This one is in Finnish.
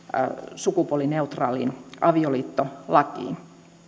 sukupuolineutraaliin avioliittolakiin